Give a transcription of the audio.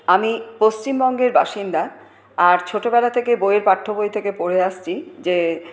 আমি পশ্চিমবঙ্গের বাসিন্দা আর ছোটবেলা থেকে বইয়ের পাঠ্যবই থেকে পড়ে আসছি যে